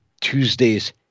Tuesday's